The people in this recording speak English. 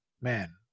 man